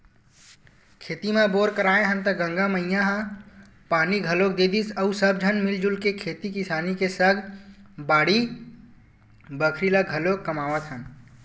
खेत म बोर कराए हन त गंगा मैया ह पानी घलोक दे दिस अउ सब झन मिलजुल के खेती किसानी के सग बाड़ी बखरी ल घलाके कमावत हन